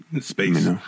space